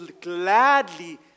gladly